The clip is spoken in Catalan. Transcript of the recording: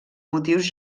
motius